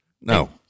No